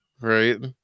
right